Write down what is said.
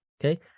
okay